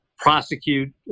Prosecute